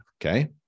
okay